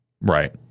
Right